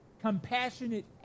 compassionate